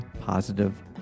positive